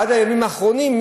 עד לימים האחרונים,